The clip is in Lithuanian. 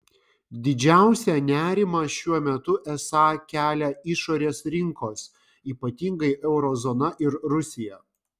didžiausią nerimą šiuo metu esą kelia išorės rinkos ypatingai euro zona ir rusija